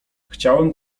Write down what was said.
chciałem